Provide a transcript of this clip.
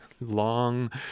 long